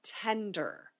tender